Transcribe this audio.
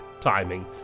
timing